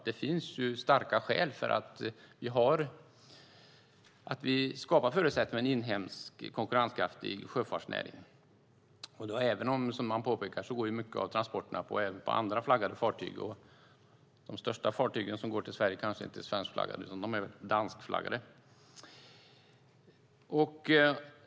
Det finns starka skäl för att skapa förutsättningar för en inhemsk konkurrenskraftig sjöfartsnäring. Som man påpekar går mycket av transporterna även på fartyg som inte är svenskflaggade. De största fartygen som går till Sverige är kanske inte svenskflaggade utan danskflaggade.